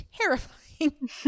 terrifying